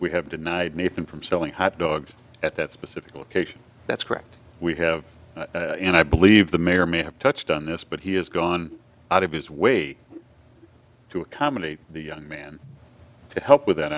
we have denied nathan from selling hot dogs at that specific location that's correct we have and i believe the mayor may have touched on this but he has gone out of his way to accommodate the young man to help with that